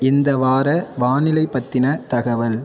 இந்த வார வானிலை பற்றின தகவல்